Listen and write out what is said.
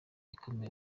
ukomeye